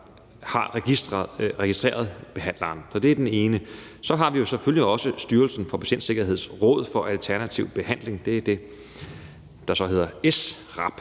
har registreret behandleren. Så det er det ene. Så har vi selvfølgelig også Styrelsen for Patientsikkerheds råd for alternativ behandling, det er det, der så hedder SRAB,